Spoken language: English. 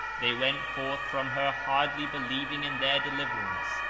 they went forth from her hardly believing in their deliverance,